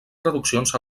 traduccions